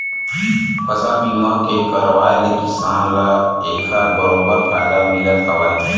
फसल बीमा के करवाय ले किसान ल एखर बरोबर फायदा मिलथ हावय